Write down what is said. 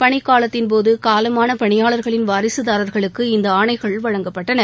பணிக்காலத்தின்போதுகாலமானபணியாளர்களின் வாரிசுதாரர்களுக்கு இந்தஆணைகள் வழங்கப்பட்டன